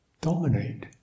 dominate